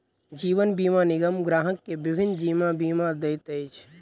जीवन बीमा निगम ग्राहक के विभिन्न जीवन बीमा दैत अछि